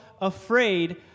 afraid